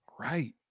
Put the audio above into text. Right